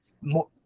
more